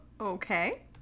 Okay